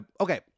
Okay